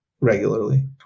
regularly